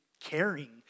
caring